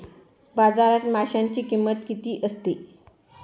बाजारात माशांची किंमत किती असते?